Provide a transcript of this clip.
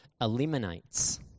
eliminates